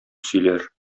сөйләр